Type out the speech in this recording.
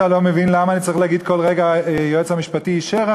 אתה לא מבין למה אני צריך להגיד כל רגע היועץ המשפטי אישר?